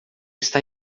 está